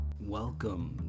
Welcome